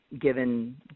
given